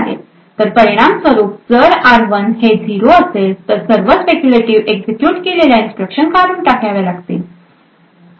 तर परिणामस्वरूप जर r1 हे 0 असेल तर सर्व स्पेक्युलेटीवली एक्झिक्युट केलेल्या इन्स्ट्रक्शन काढून टाकाव्या लागतील